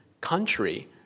country